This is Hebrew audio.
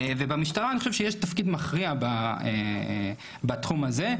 למשטרה אני חושב שיש תפקיד מכריע בתחום הזה,